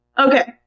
Okay